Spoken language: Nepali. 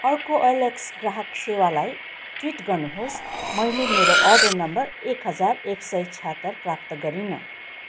अर्को ओएलएक्स ग्राहक सेवालाई ट्विट गर्नुहोस् मैले मेरो अर्डर नम्बर एक हजार एक सय छयहत्तर प्राप्त गरिनँ